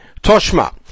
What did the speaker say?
Toshma